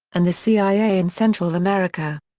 and the cia in central america.